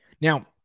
Now